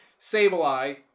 Sableye